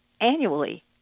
annually